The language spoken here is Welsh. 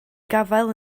gafael